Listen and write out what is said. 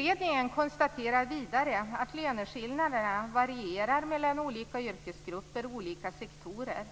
Utredningen konstaterar vidare att löneskillnaderna varierar mellan olika yrkesgrupper och olika sektorer